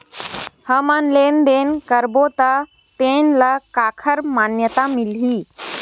हमन लेन देन करबो त तेन ल काखर मान्यता मिलही?